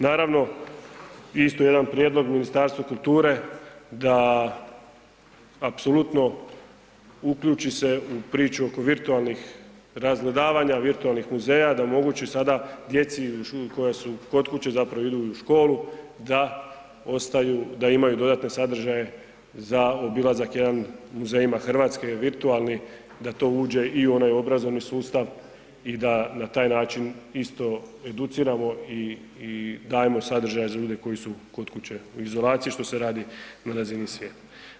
Naravno, isto jedan prijedlog Ministarstva kulture da apsolutno uključi se u priču oko virtualnih razgledavanja, virtualnih muzeja, da omogući sada djeci koja su kod kuće i zapravo idu i u školu da ostaju, da imaju dodatne sadržaje za obilazak jedan muzejima RH il virtualni, da to uđe i u onaj obrazovni sustav i da na taj način isto educiramo i, i dajemo sadržaje za ljude koji su kod kuće u izolaciji, što se radi na razini svijeta.